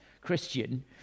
Christian